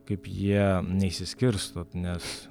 kaip jie neišsiskirstot nes